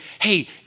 hey